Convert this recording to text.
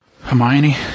Hermione